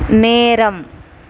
நேரம்